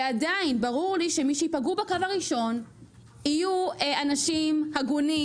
ועדיין ברור לי שמי שייפגעו בקו הראשון יהיו אנשים הגונים